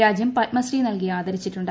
രാജ്യം പത്മശ്രീ നൽകി ആദരിച്ചിട്ടുണ്ട്